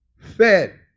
fed